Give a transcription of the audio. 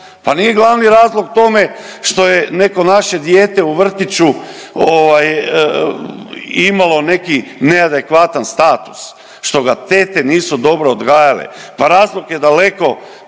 Pa nije glavni razlog tome što je neko naše dijete u vrtiću imalo neki neadekvatan status, što ga tete nisu dobro odgajale. Pa razlog je daleko